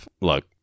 Look